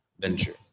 venture